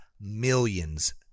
millions